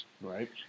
right